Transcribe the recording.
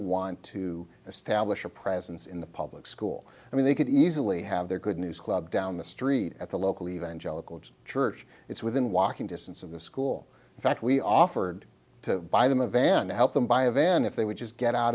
want to establish a presence in the public school i mean they could easily have their good news club down the street at the local evangelical church it's within walking distance of the school that we offered to buy them a van to help them buy a van if they would just get out